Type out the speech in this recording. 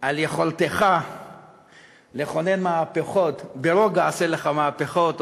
על יכולתך לחולל מהפכות: ברוגע עשה לך מהפכות,